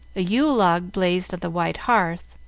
a yule-log blazed on the wide hearth,